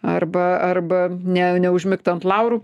arba arba ne neužmigt ant laurų